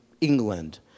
England